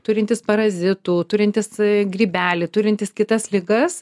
turintis parazitų turintis grybelį turintis kitas ligas